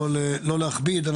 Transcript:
לא להכביד,